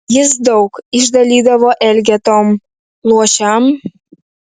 jis daug išdalydavo elgetom luošiam